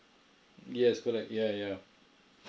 yes correct yeah yeah